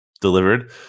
delivered